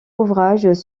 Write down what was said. ouvrages